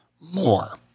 more